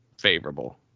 favorable